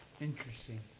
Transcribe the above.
Interesting